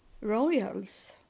royals